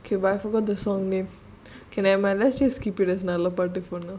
K but I forgot the song name K never mind let's just keep it as நல்லபாட்டுபோடுங்க:nalla paatu podunga